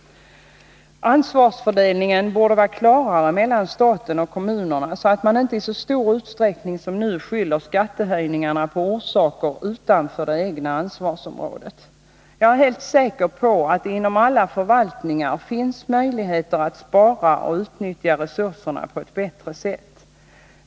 Ansvarsfördelningen borde vara klarare mellan staten och kommunerna, så att man inte i så stor utsträckning som nu skyller skattehöjningarna på orsaker utanför det egna ansvarsområdet. Jag är helt säker på att det inom alla förvaltningar finns möjligheter att spara och utnyttja resurserna på ett bättre sätt.